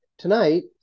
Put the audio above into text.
Tonight